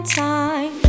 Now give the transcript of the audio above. time